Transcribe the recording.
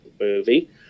movie